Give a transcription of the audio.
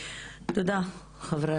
תודה רבה